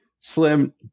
Slim